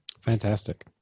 Fantastic